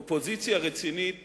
אופוזיציה רצינית